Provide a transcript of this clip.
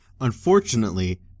Unfortunately